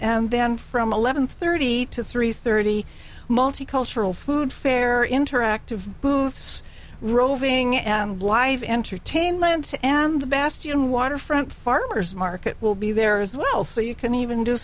and then from eleven thirty to three thirty multicultural food fair interactive booths roving and live entertainment and the best you can waterfront farmer's market will be there as well so you can even do